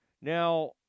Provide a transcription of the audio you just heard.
Now